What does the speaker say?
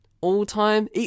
All-time